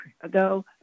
ago